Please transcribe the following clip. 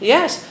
Yes